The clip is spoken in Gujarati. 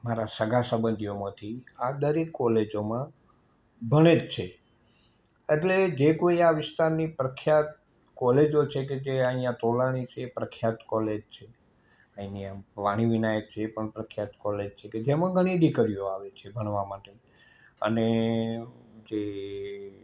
મારા સગા સંબંધીઓમાંથી આ દરેક કૉલેજોમાં ભણે જ છે એટલે જે કોઈ આ વિસ્તારની પ્રખ્યાત કૉલેજો છે કે જે અહીંયા તોલાણી છે એ પ્રખ્યાત કૉલેજ છે અહીંની આમ વાણી વિનાયક છે એ પણ પ્રખ્યાત કૉલેજ છે ક જેમાં ઘણી દીકરીઓ આવે છે ભણવા માટે અને જે